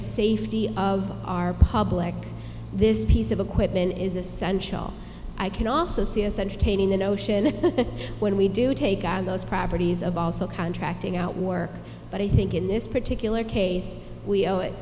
safety of our public this piece of equipment is essential i can also see as entertaining the notion that when we do take on those properties of also contracting out work but i think in this particular case we owe it